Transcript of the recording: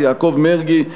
יעקב מרגי,